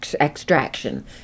extraction